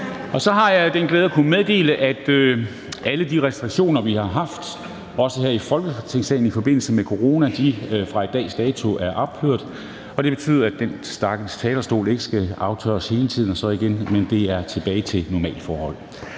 0]. Så har jeg den glæde at kunne meddele, at alle de restriktioner, vi har haft, også her i Folketingssalen, i forbindelse med corona pr. dags dato er ophørt, og det betyder, at den stakkels talerstol ikke skal aftørres hele tiden, altså at vi er vendt tilbage til normale forhold.